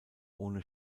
ohne